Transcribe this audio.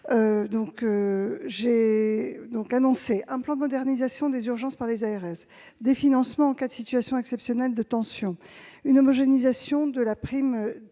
en tension, un plan de modernisation des urgences, qui sera engagé par les ARS, des financements en cas de situation exceptionnelle de tension, une homogénéisation de la prime